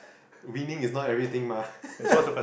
winning is not everything mah